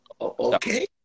Okay